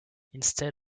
instead